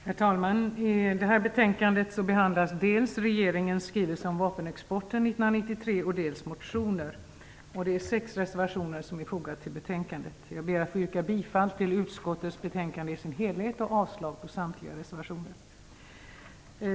Herr talman! I detta betänkande behandlas dels regeringens skrivelse om vapenexporten 1993, dels motioner. Det är sex reservationer fogade till betänkandet. Jag ber att få yrka bifall till utskottets hemställan i dess helhet och avslag på samtliga reservationer.